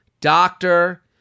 doctor